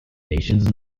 nations